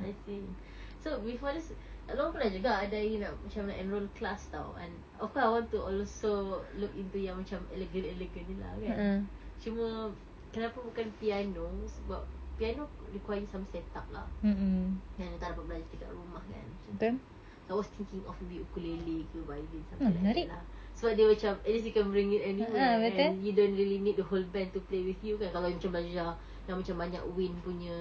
I see so with before this kak long pernah juga ada idea macam nak enroll class [tau] and of course I want to also look into yang macam elegant elegant ni lah kan cuma kenapa bukan piano sebab piano requires some set up lah then tak dapat berlatih kat rumah kan macam tu so I was thinking of beli ukulele ke violin something like that lah so macam at least you can bring it anywhere and you don't really need to the whole band to play with you kan kalau macam belajar yang macam banyak wind punya